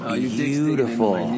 beautiful